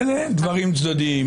אין דברים צדדיים.